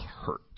hurt